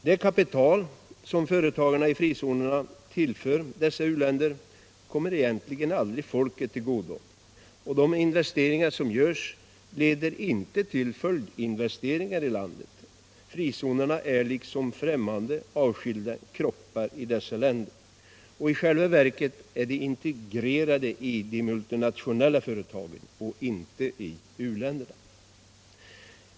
Det kapital som företagen i frizonerna tillför dessa u-länder kommer egentligen aldrig folket till godo. De investeringar som görs leder inte till följdinvesteringar i landet. Frizonerna är främmande, avskilda kroppar i dessa länder. I själva verket är de integrerade i de multinationella företagen — inte i länderna.